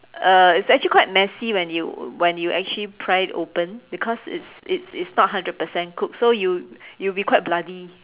uh it's actually quite messy when you when you actually pry it open because it's it's it's not hundred percent cooked so you it will be quite bloody